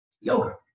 yoga